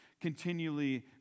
continually